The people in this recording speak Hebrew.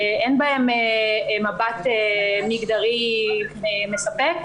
אין בהם מבט מגדרי מספק.